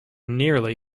nearly